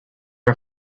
are